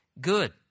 good